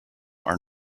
are